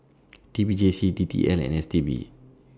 T P J C D T L and S T B